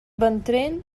ventrell